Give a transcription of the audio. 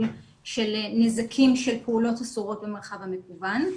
של נזקים של פעולות אסורות במרחב המקוון,